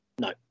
No